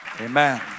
Amen